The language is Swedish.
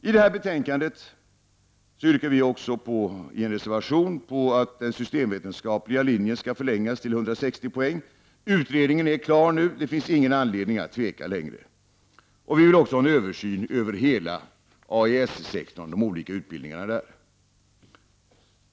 Vi moderater yrkar i reservation 3 till betänkande UbU20 att den systemvetenskapliga linjen skall förlängas till 160 poäng. Utredningen är nu klar, och det finns ingen anledning att tveka längre. Vi vill också ha en översyn av de olika utbildningarna inom AES-sektorn.